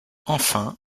enfin